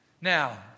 Now